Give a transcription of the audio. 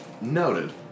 Noted